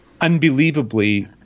unbelievably